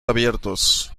abiertos